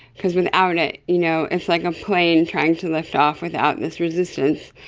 because without it you know it's like a plane trying to lift off without this resistance,